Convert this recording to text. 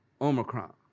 Omicron